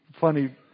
funny